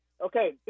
Okay